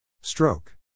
Stroke